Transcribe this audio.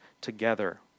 together